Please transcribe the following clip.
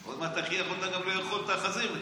עוד מעט תכריח אותם גם לאכול את החזיר בצה"ל.